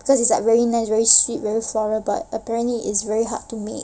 cause it's like very nice very sweet very floral but apparently it's very hard to make